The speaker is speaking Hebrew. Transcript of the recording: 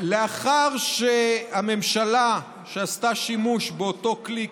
לאחר שהממשלה עשתה שימוש באותו כלי,